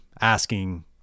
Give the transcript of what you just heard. asking